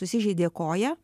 susižeidė koją